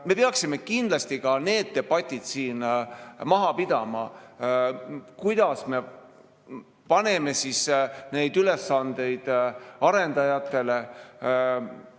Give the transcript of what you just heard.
peaksime kindlasti ka need debatid siin maha pidama, kuidas me paneme siis neid ülesandeid arendajatele,